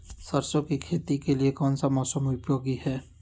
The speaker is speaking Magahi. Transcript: सरसो की खेती के लिए कौन सा मौसम उपयोगी है?